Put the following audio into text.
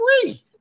Free